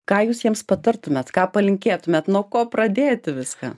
ką jūs jiems patartumėt ką palinkėtumėt nuo ko pradėti viską